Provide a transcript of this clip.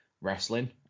wrestling